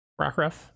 Rockruff